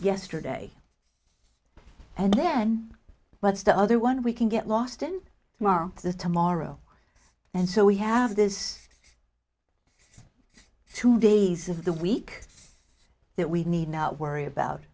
yesterday and then what's the other one we can get lost in tomorrow is tomorrow and so we have this two days of the week that we need not worry about